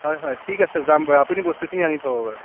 হয় হয় ঠিক আছে যাম বাৰু আপুনি বস্তুখিনি আনি থব বাৰু